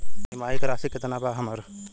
EMI की राशि केतना बा हमर?